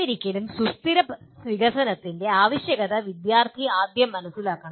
എന്നിരിക്കിലും സുസ്ഥിര വികസനത്തിന്റെ ആവശ്യകത വിദ്യാർത്ഥി ആദ്യം മനസ്സിലാക്കണം